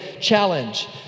challenge